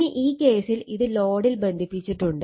ഇനി ഈ കേസിൽ ഇത് ലോഡിൽ ബന്ധിപ്പിച്ചിട്ടുണ്ട്